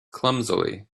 clumsily